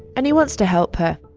and he wants to help her.